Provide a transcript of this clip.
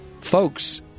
folks